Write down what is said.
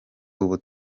ubu